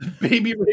Baby